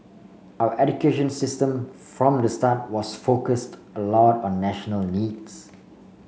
our education system from the start was focused a lot on national needs